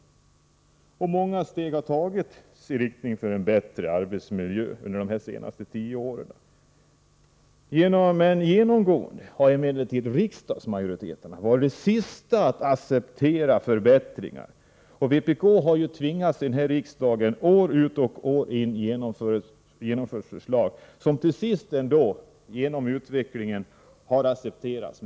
Under de senaste tio åren har många steg tagits i riktning mot en förbättrad arbetsmiljö. Företrädarna för riksdagsmajoriteten har emellertid genomgående varit de sista att acceptera förbättringar. Vpk har år ut och år in tvingats framföra förslag, som genom utvecklingen till sist har accepterats.